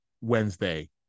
Wednesday